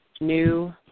new